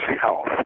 health